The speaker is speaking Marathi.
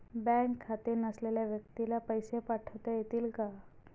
बँक खाते नसलेल्या व्यक्तीला पैसे पाठवता येतील का?